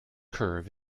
curve